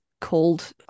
called